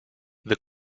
the